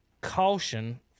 caution